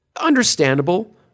understandable